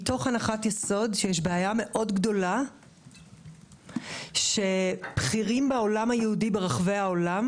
מתוך הנחת יסוד שיש בעיה מאוד גדולה שבכירים בעולם היהודי ברחבי העולם